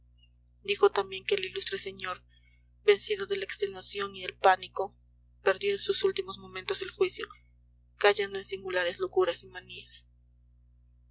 dijo también que el ilustre señor vencido de la extenuación y del pánico perdió en sus últimos momentos el juicio cayendo en singulares locuras y manías